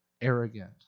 arrogant